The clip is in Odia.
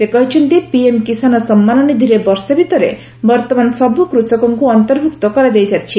ସେ କହିଛନ୍ତି ପିଏମ୍ କିଷାନ ସମ୍ମାନ ନିଧିରେ ବର୍ଷେ ଭିତରେ ବର୍ତମାନ ସବୁ କୃଷକଙ୍କୁ ଅନ୍ତର୍ଭୁକ୍ତ କରାଯାଇ ସାରିଛି